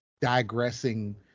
digressing